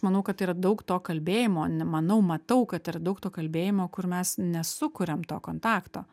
manau kad tai yra daug to kalbėjimo nemanau matau kad yra daug to kalbėjimo kur mes nesukuriam to kontakto